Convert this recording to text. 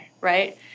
Right